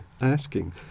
asking